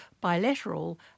bilateral